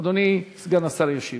אדוני סגן השר ישיב.